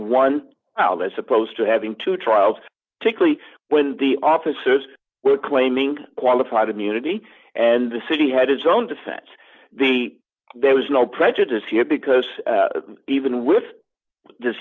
one child as opposed to having two trials take lee when the officers were claiming qualified immunity and the city had his own defense the there was no prejudice here because even with this